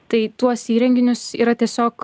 tai tuos įrenginius yra tiesiog